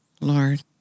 Lord